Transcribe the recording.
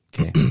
Okay